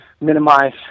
minimize